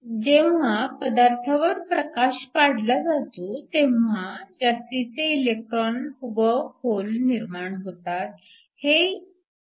त्यामुळे जेव्हा पदार्थावर प्रकाश पाडला जातो तेव्हा जास्तीचे इलेक्ट्रॉन व होल निर्माण होतात